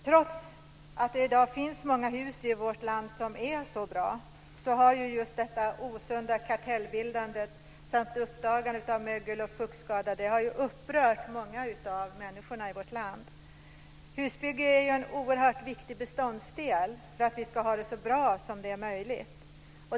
Trots att det i dag finns många hus i vårt land som är så bra, så har detta osunda kartellbildande samt uppdagandet av mögel och fuktskador upprört många människor i vårt land. Husbygge är ju en oerhört viktig beståndsdel för att vi ska ha det så bra som möjligt.